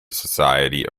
society